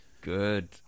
good